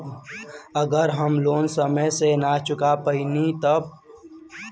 अगर हम लोन समय से ना चुका पैनी तब?